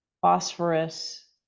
phosphorus